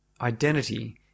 identity